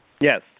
Yes